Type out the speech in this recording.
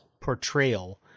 portrayal